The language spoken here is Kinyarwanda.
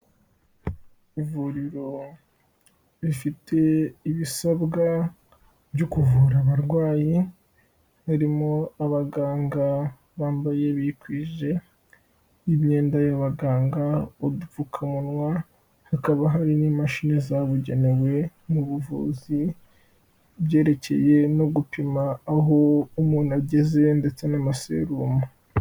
Ivuriro rifite ibisabwa byo kuvura abarwayi, harimo abaganga bambaye bikwije imyenda y'abaganga udupfukamunwa, hakaba hari n'imashini zabugenewe mu buvuzi ku byerekeye no gupima aho umuntu ageze ndetse n'amaserumu.